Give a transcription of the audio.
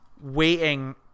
waiting